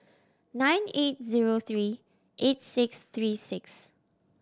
nine eight zero three eight six three six